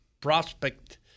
prospect